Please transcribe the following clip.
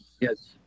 yes